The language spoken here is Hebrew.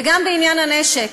וגם בעניין הנשק,